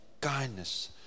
kindness